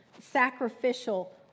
sacrificial